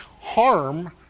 harm